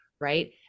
right